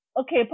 Okay